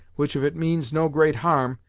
which, if it means no great harm,